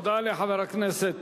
תודה לחבר הכנסת